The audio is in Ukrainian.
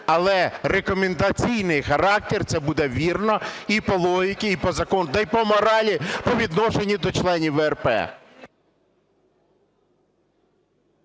але рекомендаційний характер - це буде вірно і по логіці, і по закону, та і по моралі, по відношенню до членів ВРП.